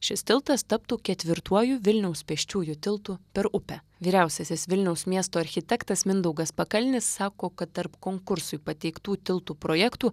šis tiltas taptų ketvirtuoju vilniaus pėsčiųjų tiltu per upę vyriausiasis vilniaus miesto architektas mindaugas pakalnis sako kad tarp konkursui pateiktų tiltų projektų